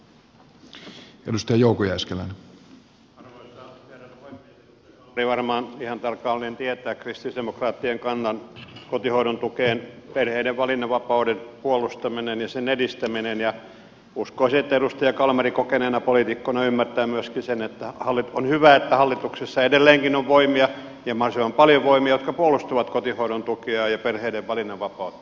edustaja kalmari varmaan ihan tarkalleen tietää kristillisdemokraattien kannan kotihoidon tukeen perheiden valinnanvapauden puolustamiseen ja sen edistämiseen ja uskoisin että edustaja kalmari kokeneena poliitikkona ymmärtää myöskin sen että on hyvä että hallituksessa edelleenkin on voimia ja mahdollisimman paljon voimia jotka puolustavat kotihoidon tukea ja perheiden valinnanvapautta